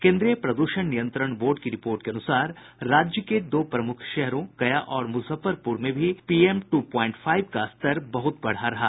केन्द्रीय प्रद्षण नियंत्रण बोर्ड की रिपोर्ट के अनुसार राज्य के दो प्रमुख शहरों गया और मुजफ्फरपुर में भी प्रदूषक कणीय तत्व पीएम ट् प्वाइंट फाइव का स्तर बहुत बढ़ा रहा